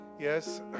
yes